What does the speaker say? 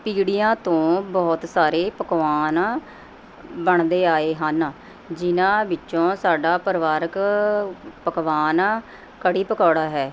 ਪੀੜ੍ਹੀਆਂ ਤੋਂ ਬਹੁਤ ਸਾਰੇ ਪਕਵਾਨ ਬਣਦੇ ਆਏ ਹਨ ਜਿਨ੍ਹਾਂ ਵਿੱਚੋਂ ਸਾਡਾ ਪਰਿਵਾਰਕ ਪਕਵਾਨ ਕੜ੍ਹੀ ਪਕੌੜਾ ਹੈ